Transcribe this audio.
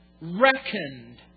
reckoned